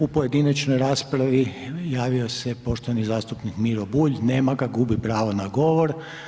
U pojedinačnoj raspravi javio se poštovani zastupnik Miro Bulj, nema ga, gubi pravo na govor.